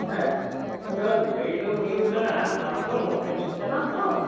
ᱦᱮᱸ ᱟᱹᱫᱚ ᱞᱟᱹᱭ ᱫᱚ ᱦᱩᱭᱩᱜ ᱠᱟᱱᱟ ᱟᱢ ᱱᱚᱰᱮᱱᱤᱡ ᱠᱟᱱᱟᱢ ᱛᱚ